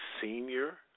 senior